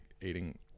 eating